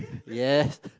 yes